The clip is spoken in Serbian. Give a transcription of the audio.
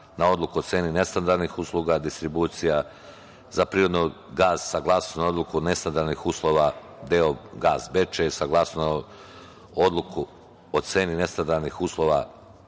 na odluku o ceni nestandardnih usluga, distribucija za prirodni gas, saglasnost na odluku o nestandardnih uslova d.o.o. Gas Bečej, saglasnost na odluku o ceni nestandardnih uslova